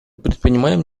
предпринимаем